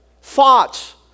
Thoughts